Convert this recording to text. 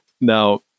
Now